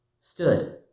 stood